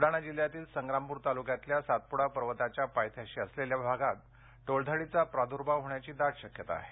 बुलडाणा जिल्हयातील संग्रामपूर तालुक्यातील सातपुडा पर्वताच्या पायथ्याशी असलेल्या भागात टोळधाडीचा प्रादुर्भाव होण्याची दाट शक्यता आहे